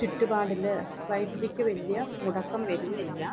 ചുറ്റുപാടിൽ വൈദ്യുതിക്ക് വലിയ മുടക്കം വരുന്നില്ല